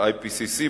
ה-IPPC,